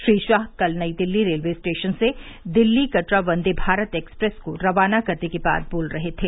श्री शाह कल Nai Delhi railway station से Delhi Katra Vande Bharat express को रवाना करने के बाद बोल रहे थे